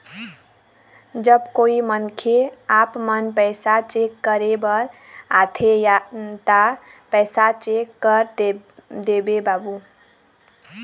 जब कोई मनखे आपमन पैसा चेक करे बर आथे ता पैसा चेक कर देबो बाबू?